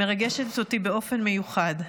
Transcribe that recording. מרגשת אותי באופן מיוחד.